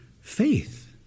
faith